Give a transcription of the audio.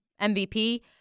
MVP